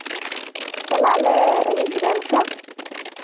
ᱪᱟᱞᱟᱜ ᱟᱞᱮ ᱟᱹᱭᱩᱵ ᱵᱮᱲᱟ ᱞᱮᱠᱟ